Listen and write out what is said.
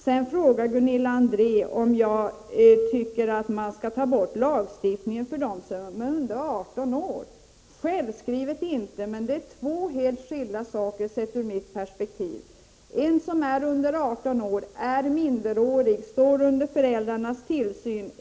Sedan frågar Gunilla André mig om jag anser att lagen inte skall gälla kvinnor under 18 år. Självfallet tycker jag inte det. Men här rör det sig enligt mitt synsätt om två skilda saker. Den som är under 18 år är minderårig och står under föräldrarnas tillsyn.